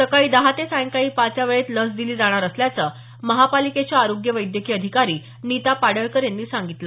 सकाळी दहा ते सायंकाळी पाच या वेळेत लस दिली जाणार असल्याचं महापालिकेच्या आरोग्य वैद्यकीय अधिकारी नीता पाडळकर यांनी सांगितलं